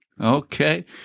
Okay